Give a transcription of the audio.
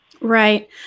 Right